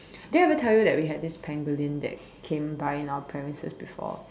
did I ever tell you that we had this pangolin that came by in our premises before